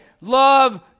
love